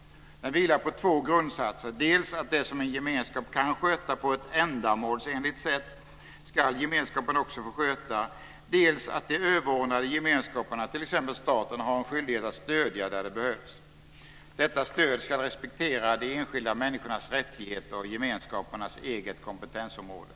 Den vilar på två grundsatser, nämligen dels att det som en gemenskap kan sköta på ett ändamålsenligt sätt ska gemenskapen också få sköta, dels att de överordnade gemenskaperna, t.ex. staten, har skyldighet att stödja där det behövs. Detta stöd ska respektera de enskilda människornas rättigheter och gemenskapernas egna kompetensområde.